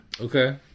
Okay